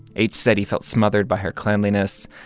h said he felt smothered by her cleanliness,